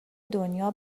دنیا